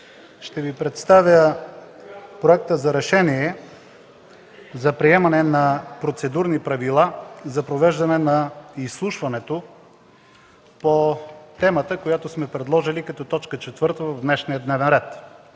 Ще Ви представя Проект за решение за приемане на процедурни правила за провеждане на изслушването по темата, която сме предложили като точка четвърта в днешния дневен ред,